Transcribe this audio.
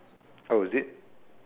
oh is it